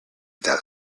that